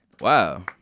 Wow